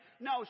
No